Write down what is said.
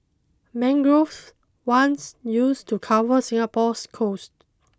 mangroves once used to cover Singapore's coasts